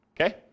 Okay